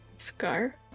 Scar